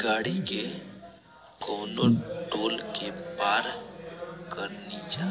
गाड़ी से कवनो टोल के पार करेनिजा त कर देबेनिजा